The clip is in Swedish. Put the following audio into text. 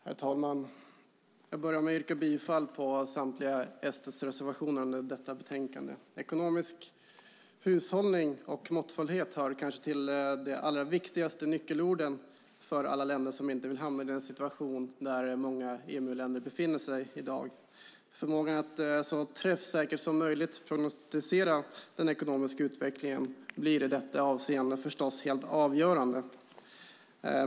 Herr talman! Jag börjar med att yrka bifall till samtliga SD:s reservationer i detta betänkande. Ekonomisk hushållning och måttfullhet hör kanske till de allra viktigaste nyckelorden för alla länder som inte vill hamna i den situation där många EMU-länder befinner sig i dag. Förmågan att så träffsäkert som möjligt prognostisera den ekonomiska utvecklingen blir i detta avseende förstås helt avgörande.